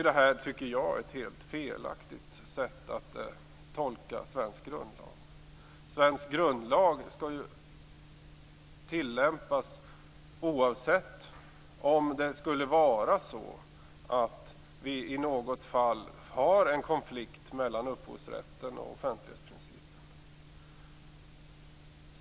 Det är, tycker jag, ett helt felaktigt sätt att tolka svensk grundlag. Svensk grundlag skall tillämpas oavsett om man i något fall har en konflikt mellan upphovsrätten och offentlighetsprincipen.